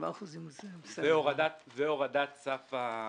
והורדת סף ה-50%.